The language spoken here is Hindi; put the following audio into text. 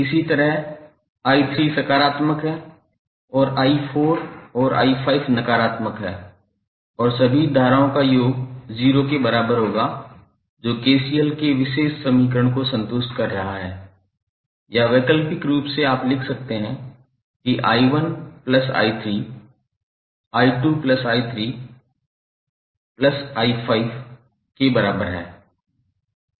इसी तरह i3 सकारात्मक है और i4 और i5 नकारात्मक हैं और सभी धाराओं का योग 0 के बराबर होगा जो KCL के विशेष समीकरण को संतुष्ट कर रहा है या वैकल्पिक रूप से आप लिख सकते हैं कि i1 plus i3 i2 plus i3 plus i5 के बराबर है